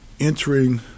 Entering